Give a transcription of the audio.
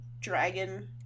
dragon